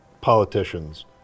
politicians